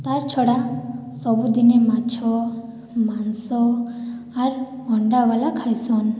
ତାର୍ ଛଡା ସବୁ ଦିନେ ମାଛ ମାଂସ ଆର୍ ଅଣ୍ଡା ଗଲା ଖାଏସନ୍